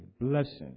blessing